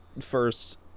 first